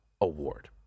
Award